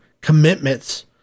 commitments